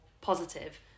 positive